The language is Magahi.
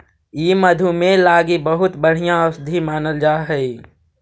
ई मधुमेह लागी बहुत बढ़ियाँ औषधि मानल जा हई